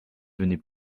venais